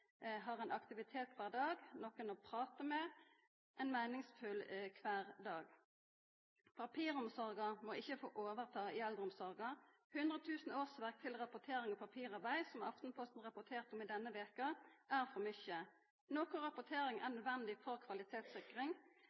har ein aktivitet kvar dag, har nokon å prata med og har ein meiningsfull kvardag. Papiromsorga må ikkje få overta i eldreomsorga. 10 000 årsverk til rapportering og papirarbeid, som Aftenposten rapporterte om denne veka, er for mykje. Noko rapportering er nødvendig for kvalitetssikring,